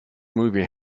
movie